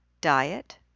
diet